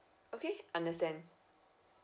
okay understand